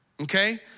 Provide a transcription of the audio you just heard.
okay